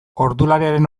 ordulariaren